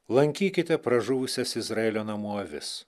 lankykite pražuvusias izraelio namų avis